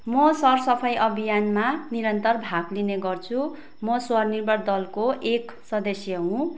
म सर सफाइ अभियानमा निरन्तर भाग लिने गर्छु म स्वनिर्भर दलको एक सदस्य हुँ